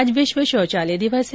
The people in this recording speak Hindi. आज विश्व शौचालय दिवस है